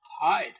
hide